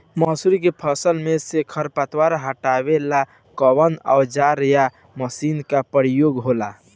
मसुरी के फसल मे से खरपतवार हटावेला कवन औजार या मशीन का प्रयोंग होला?